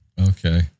Okay